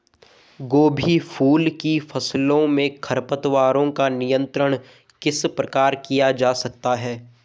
गोभी फूल की फसलों में खरपतवारों का नियंत्रण किस प्रकार किया जा सकता है?